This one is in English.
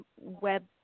web